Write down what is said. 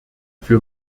für